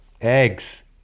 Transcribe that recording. eggs